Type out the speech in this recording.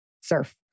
Surf